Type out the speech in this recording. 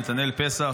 נתנאל פסח,